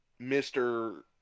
Mr